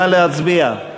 נא להצביע.